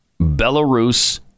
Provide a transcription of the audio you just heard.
Belarus